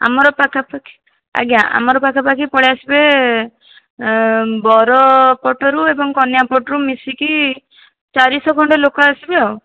ଆମର ପାଖାପାଖି ଆଜ୍ଞା ଆମର ପାଖାପାଖି ପଳାଇ ଆସିବେ ବର ପଟରୁ ଏବଂ କନ୍ୟା ପଟରୁ ମିଶିକି ଚାରିଶହ ଖଣ୍ଡେ ଲୋକ ଆସିବେ ଆଉ